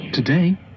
Today